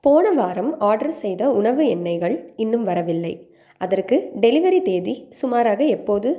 போன வாரம் ஆர்டர் செய்த உணவு எண்ணெய்கள் இன்னும் வரவில்லை அதற்கு டெலிவரி தேதி சுமாராக எப்போது